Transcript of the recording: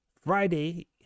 Friday